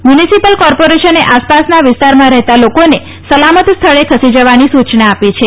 municipal કોર્પોરેશને આસપાસના વિસ્તારમાં રહેલા લોકોને સલામત સ્થળે ઘસી જવાની સૂચના આપી છે